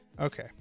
okay